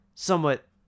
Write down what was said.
Somewhat